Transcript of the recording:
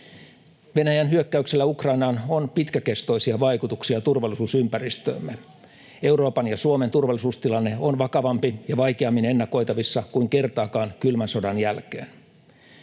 Venäjän hyökkäyksellä Ukrainaan on pitkäkestoisia vaikutuksia turvallisuusympäristöömme. Euroopan ja Suomen turvallisuustilanne on vakavampi ja vaikeammin ennakoitavissa kuin kertaakaan kylmän sodan jälkeen.